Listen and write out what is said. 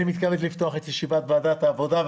אני מתכבד לפתוח את ישיבת ועדת העבודה,